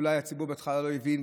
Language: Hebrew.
אולי הציבור בהתחלה לא הבין,